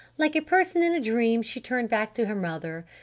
like a person in a dream, she turned back to her mother.